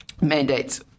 mandates